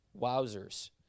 Wowzers